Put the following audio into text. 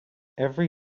every